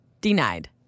Denied